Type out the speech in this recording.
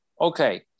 Okay